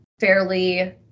fairly